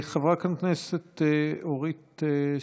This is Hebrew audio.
חברת הכנסת אורית סטרוק,